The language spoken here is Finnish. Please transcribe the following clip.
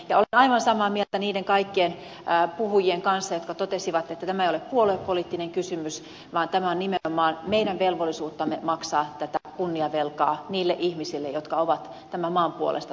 ja olen aivan samaa mieltä niiden kaikkien puhujien kanssa jotka totesivat että tämä ei ole puoluepoliittinen kysymys vaan tämä on nimenomaan meidän velvollisuuttamme maksaa tätä kunniavelkaa niille ihmisille jotka ovat tämän maan puolesta taistelleet